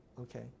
Okay